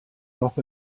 noch